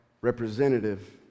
representative